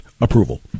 approval